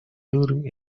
during